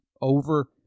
over